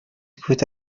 could